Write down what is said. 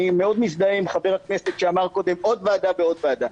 אני מאוד מזדהה עם חבר הכנסת שאמר קודם עוד ועדה ועוד ועדה,